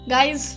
Guys